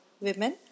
women